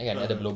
ah ah